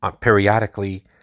periodically